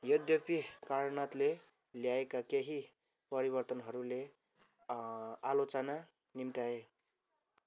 यद्यपि कारन्थले ल्याएका केही परिवर्तनहरूले आलोचना निम्त्याए